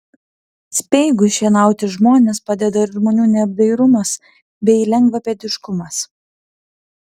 speigui šienauti žmones padeda ir žmonių neapdairumas bei lengvapėdiškumas